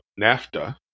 NAFTA